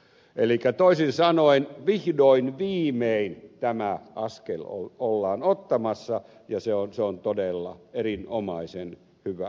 elikkä toisin sanoen vihdoin viimein tämä askel ollaan ottamassa ja se on todella erinomaisen hyvä asia